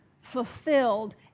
fulfilled